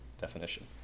definition